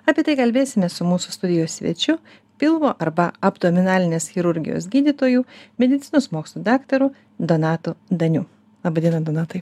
apie tai kalbėsimės su mūsų studijos svečiu pilvo arba abdominalinės chirurgijos gydytoju medicinos mokslų daktaru donatu daniu laba diena donatai